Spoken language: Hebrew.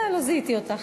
לא זיהיתי אותך.